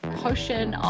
potion